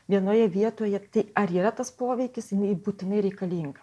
vienoje vietoje tai ar yra tas poveikis jinai būtinai reikalinga